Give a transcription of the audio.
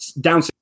down